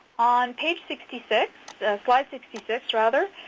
on page sixty six slide sixty six rather,